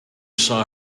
saw